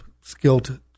skilled